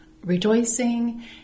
rejoicing